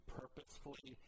purposefully